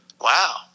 Wow